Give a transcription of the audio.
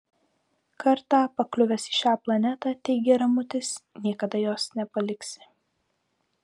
kartą pakliuvęs į šią planetą teigė ramutis niekada jos nepaliksi